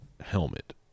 helmet